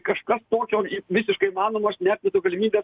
kažkas tokio visiškai įmanoma aš neatmetu galimybės